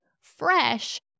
fresh